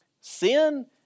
Sin